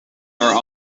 are